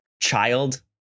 Child